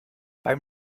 beim